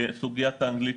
סוגיית האנגלית,